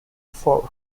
fourth